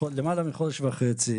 חודש וחצי